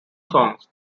songs